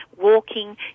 walking